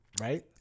Right